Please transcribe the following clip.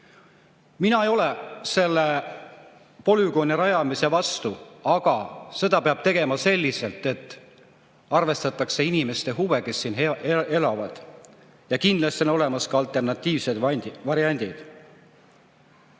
Mina ei ole selle polügooni rajamise vastu, aga seda peab tegema selliselt, et arvestatakse nende inimeste huve, kes seal elavad. Kindlasti on olemas ka alternatiivsed variandid.